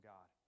God